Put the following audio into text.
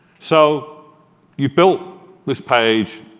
so you've built this page,